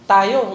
Tayo